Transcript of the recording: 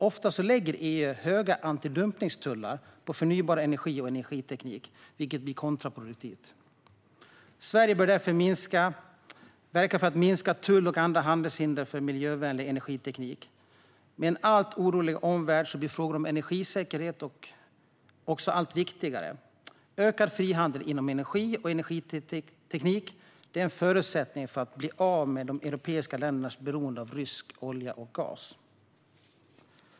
Ofta lägger EU höga anti-dumpningstullar på förnybar energi och energiteknik, vilket blir kontraproduktivt. Sverige bör därför verka för att minska tull och andra handelshinder för miljövänlig energiteknik. Med en allt oroligare omvärld blir frågor om energisäkerhet också allt viktigare. Ökad frihandel inom energi och energiteknik är en förutsättning för att bli av med de europeiska ländernas beroende av rysk olja och gas.